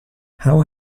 how